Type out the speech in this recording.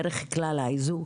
בדרך כלל האיזוק,